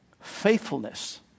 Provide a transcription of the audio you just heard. Faithfulness